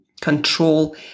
control